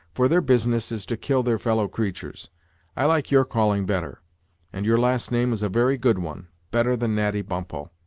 for their business is to kill their fellow-creatures. i like your calling better and your last name is a very good one better than natty bumppo.